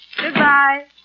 Goodbye